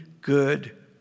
good